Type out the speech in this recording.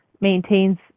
maintains